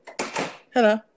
Hello